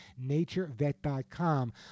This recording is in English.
NatureVet.com